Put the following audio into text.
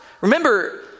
Remember